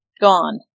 gone